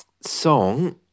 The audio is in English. song